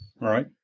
Right